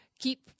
Keep